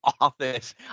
office